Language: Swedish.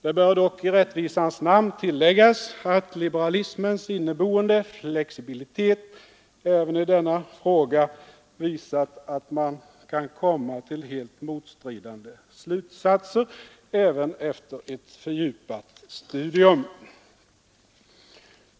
Det bör i rättvisans namn tilläggas att liberalismens inneboende flexibilitet även i denna fråga visat att man kan komma till helt motstridiga slutsatser även efter ett fördjupat studium.